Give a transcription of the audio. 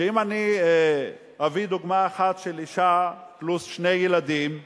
ואם אני אביא דוגמה אחת, של אשה פלוס שני ילדים,